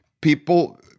People